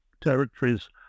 territories